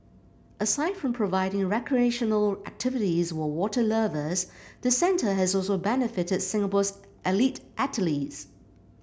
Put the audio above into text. aside from providing recreational activities for water lovers the centre has also benefited Singapore's elite athlete